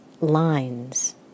lines